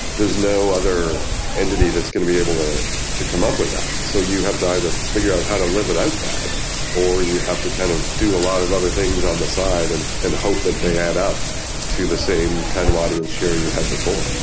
there's no other entity that's going to be able to to come up with that. so you have to either figure out how to live without that or you have to kind of do a lot of other things on the side and and hope that they add up to the same kind of audience share you had before.